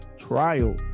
trial